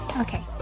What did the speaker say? Okay